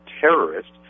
terrorists